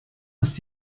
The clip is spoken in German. ist